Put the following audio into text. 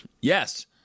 yes